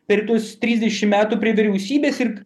per tuos trisdešimt metų prie vyriausybės ir